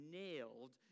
nailed